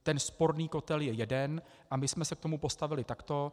Ten sporný kotel je jeden a my jsme se k tomu postavili takto.